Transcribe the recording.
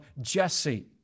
Jesse